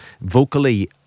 vocally